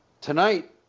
Tonight